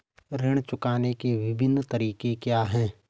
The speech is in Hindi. ऋण चुकाने के विभिन्न तरीके क्या हैं?